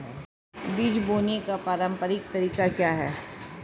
बीज बोने का पारंपरिक तरीका क्या है?